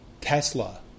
Tesla